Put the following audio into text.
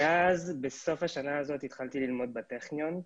לאחר מכן התחלתי ללמוד בטכניון,